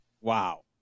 Wow